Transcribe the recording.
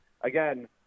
again